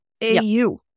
A-U